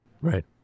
Right